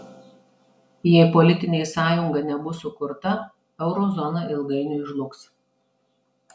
jei politinė sąjunga nebus sukurta euro zona ilgainiui žlugs